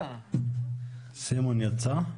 סימון יצא?